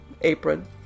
apron